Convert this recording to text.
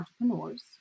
entrepreneurs